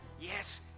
Yes